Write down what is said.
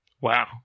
Wow